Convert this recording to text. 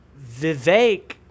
Vivek